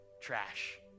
trash